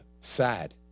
sad